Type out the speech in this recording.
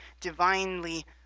divinely